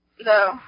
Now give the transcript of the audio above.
No